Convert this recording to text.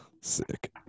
sick